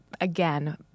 again